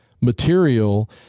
material